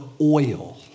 oil